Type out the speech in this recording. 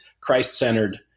Christ-centered